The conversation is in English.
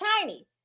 tiny